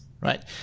right